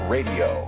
Radio